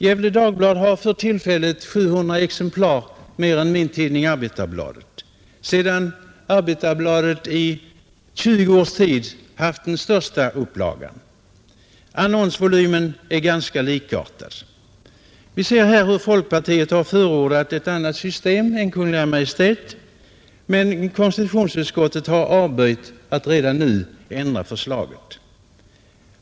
Gefle Dagblad har för tillfället 700 exemplar mer än min tidning, Arbetarbladet, sedan Arbetarbladet i tjugo års tid haft den största upplagan. Annonsvolymen är ganska likartad. Vi ser att folkpartiet har förordat ett annat system än Kungl. Maj:t, men konstitutionsutskottets majoritet har avböjt att redan nu ändra förslaget.